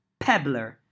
pebbler